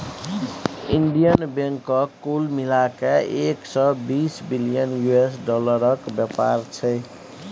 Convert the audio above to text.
Indian बैंकक कुल मिला कए एक सय बीस बिलियन यु.एस डालरक बेपार छै